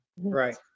Right